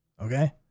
Okay